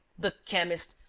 the chemist,